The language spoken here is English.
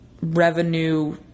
revenue